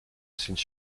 since